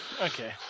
Okay